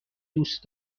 دوست